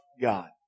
God